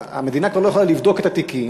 המדינה כבר לא יכולה לבדוק את התיקים,